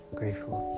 grateful